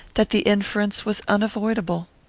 that the inference was unavoidable.